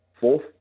fourth